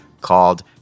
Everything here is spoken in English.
called